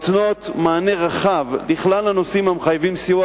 הן נותנות מענה רחב לכלל הנושאים המחייבים סיוע